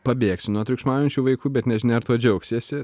pabėgsi nuo triukšmaujančių vaikų bet nežinia ar tuo džiaugsiesi